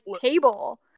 table